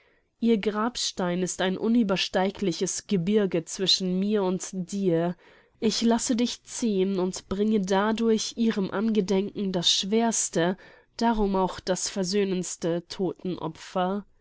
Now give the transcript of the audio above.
ihr grabstein ist ein unübersteigliches gebirge zwischen mir und dir ich lasse dich ziehen und bringe dadurch ihrem angedenken das schwerste darum auch das